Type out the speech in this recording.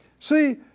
See